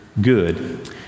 good